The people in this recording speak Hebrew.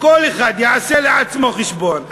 כל אחד יעשה לעצמו חשבון.